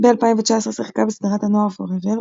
ב-2019 שיחקה בסדרת הנוער "פוראבר",